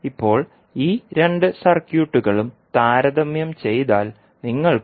ഇപ്പോൾ ഈ രണ്ട് സർക്യൂട്ടുകളും താരതമ്യം ചെയ്താൽ നിങ്ങൾക്ക്